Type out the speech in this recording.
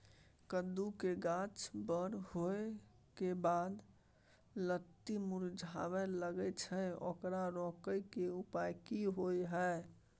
कद्दू के गाछ बर होय के बाद लत्ती मुरझाय लागे छै ओकरा रोके के उपाय कि होय है?